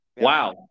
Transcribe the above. Wow